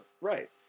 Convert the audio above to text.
Right